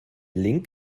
link